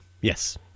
yes